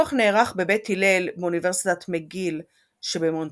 הוויכוח נערך ב"בית הלל" באוניברסיטת מקגיל שבמונטריאול,